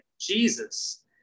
Jesus